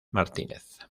martínez